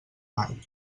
mai